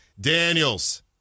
Daniels